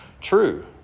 true